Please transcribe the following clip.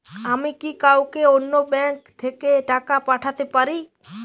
আমি কি কাউকে অন্য ব্যাংক থেকে টাকা পাঠাতে পারি?